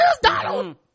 Donald